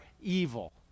evil